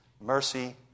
Mercy